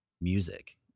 music